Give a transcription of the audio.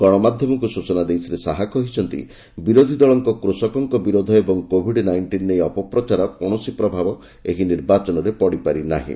ଗଣମାଧ୍ୟମକୁ ସୂଚନା ଦେଇ ଶ୍ରୀ ଶାହା କହିଛନ୍ତି ବିରୋଧୀ ଦଳମାନଙ୍କ କୃଷକଙ୍କ ବିରୋଧ ଓ କୋଭିଡ୍ ନାଇଷ୍ଟିନ୍ ନେଇ ଅପପ୍ରଚାରର କୌଣସି ପ୍ରଭାବ ଏହି ନିର୍ବାଚନରେ ପଡ଼ିପାରି ନାହିଁ